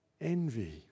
Envy